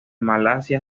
malasia